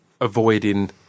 avoiding